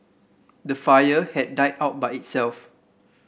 the fire had died out by itself